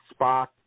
Spock